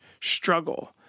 struggle